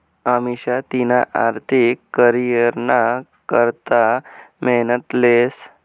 अमिषा तिना आर्थिक करीयरना करता मेहनत लेस